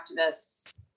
activists